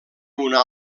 una